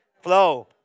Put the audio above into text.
Flow